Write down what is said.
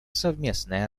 совместная